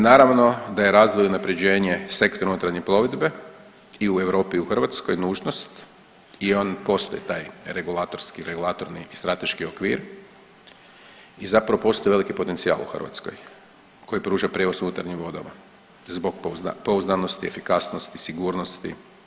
Naravno da je razvoj i unapređenje sektora unutarnje plovidbe i u Europi i u Hrvatskoj nužnost i on postoji taj regulatorski, regulatorni i strateški okvir i zapravo postoji veliki potencijal u Hrvatskoj koji pruža prijevoz u unutarnjim vodama zbog pouzdanosti, efikasnosti, sigurnosti.